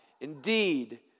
Indeed